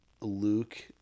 Luke